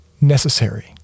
necessary